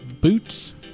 Boots